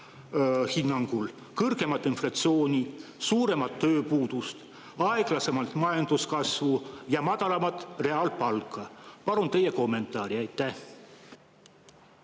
hinnangul kõrgemat inflatsiooni, suuremat tööpuudust, aeglasemat majanduskasvu ja madalamat reaalpalka. Palun teie kommentaari. Aitäh,